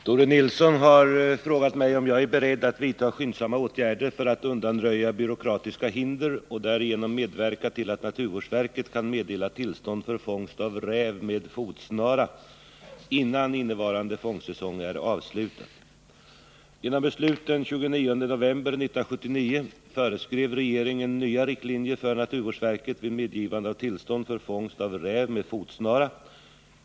Herr talman! Tore Nilsson har frågat mig om jag är beredd att vidta skyndsamma åtgärder för att undanröja byråkratiska hinder och därigenom medverka till att naturvårdsverket kan meddela tillstånd för fångst av räv med fotsnara innan innevarande fångstsäsong är avslutad. Genom beslut den 29 november 1979 föreskrev regeringen nya riktlinjer för naturvårdsverket vid medgivande av tillstånd för fångst av räv med fotsnara.